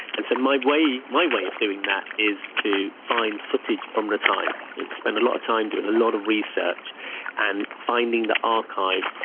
and so my way my way of doing that is to find footage from the time and spend a lot of time doing a lot of research and finding the archive.